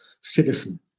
citizen